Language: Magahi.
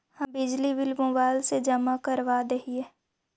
हम बिजली बिल मोबाईल से जमा करवा देहियै?